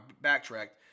backtracked